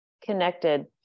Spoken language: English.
connected